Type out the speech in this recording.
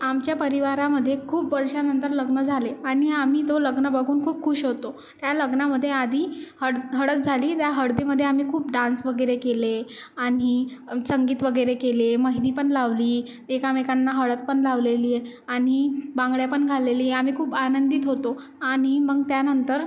आमच्या परिवारामध्ये खूप वर्षांनंतर लग्न झाले आणि आम्ही तो लग्न बघून खूप खूश होतो त्या लग्नामध्ये आधी हड हळद झाली त्या हळदीमध्ये आम्ही खूप डान्स वगैरे केले आणि संगीत वगैरे केले मेहंदी पण लावली एकामेकांना हळद पण लावलेली आणि बांगड्या पण घालेली आम्ही खूप आनंदीत होतो आणि मग त्यानंतर